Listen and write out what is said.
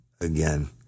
Again